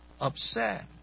upset